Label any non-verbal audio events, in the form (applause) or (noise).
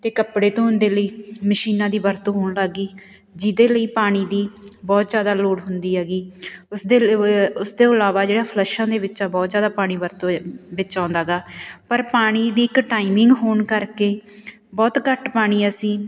ਅਤੇ ਕੱਪੜੇ ਧੋਣ ਦੇ ਲਈ ਮਸ਼ੀਨਾਂ ਦੀ ਵਰਤੋਂ ਹੋਣ ਲੱਗ ਗਈ ਜਿਹਦੇ ਲਈ ਪਾਣੀ ਦੀ ਬਹੁਤ ਜ਼ਿਆਦਾ ਲੋੜ ਹੁੰਦੀ ਹੈਗੀ ਉਸਦੇ (unintelligible) ਉਸ ਦੇ ਇਲਾਵਾ ਜਿਹੜਾ ਫਲੱਸ਼ਾਂ ਦੇ ਵਿੱਚ ਆ ਬਹੁਤ ਜ਼ਿਆਦਾ ਪਾਣੀ ਵਰਤੋਂ ਵਿੱਚ ਆਉਂਦਾ ਗਾ ਪਰ ਪਾਣੀ ਦੀ ਇੱਕ ਟਾਈਮਿੰਗ ਹੋਣ ਕਰਕੇ ਬਹੁਤ ਘੱਟ ਪਾਣੀ ਅਸੀਂ